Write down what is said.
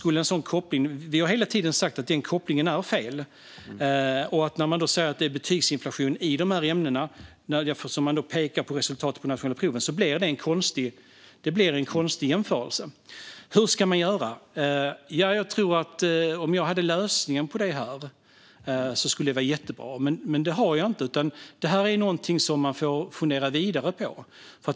Vi har hela tiden sagt att den kopplingen är fel. När man säger att det är betygsinflation i dessa ämnen och pekar på resultaten i de nationella proven blir det en konstig jämförelse. Hur ska man då göra? Om jag hade lösningen på detta skulle det vara jättebra, men det har jag inte. Detta är något som man får fundera vidare på.